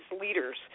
leaders